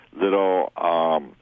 little